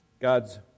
God's